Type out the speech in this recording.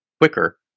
quicker